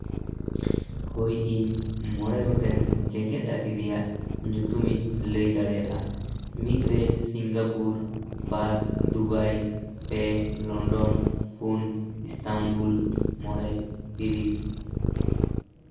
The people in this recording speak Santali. ᱦᱳᱭ ᱤᱧ ᱢᱚᱬᱮ ᱜᱚᱴᱮᱱ ᱡᱮᱜᱮᱛ ᱟᱹᱨᱤ ᱨᱮᱭᱟᱜ ᱧᱩᱛᱩᱢ ᱤᱧ ᱞᱟᱹᱭ ᱫᱟᱲᱮᱭᱟᱜᱼᱟ ᱢᱤᱫ ᱨᱮ ᱥᱤᱝᱜᱟᱯᱩᱨ ᱵᱟᱨ ᱫᱩᱵᱟᱭ ᱯᱮ ᱞᱚᱱᱰᱚᱱ ᱯᱩᱱ ᱤᱥᱛᱟᱢᱵᱩᱞ ᱢᱚᱬᱮ ᱯᱮᱨᱤᱥ